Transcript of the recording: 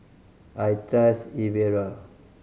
I trust Ezerra